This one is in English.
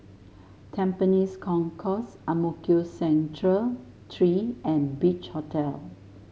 Tampines Concourse Ang Mo Kio Central Three and Beach Hotel